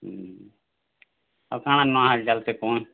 ହୁଁ ଆଉ କା'ଣା ନୂଆ ହାଲ୍ଚାଲ୍ ଟିକେ କହୁନ୍